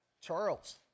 Charles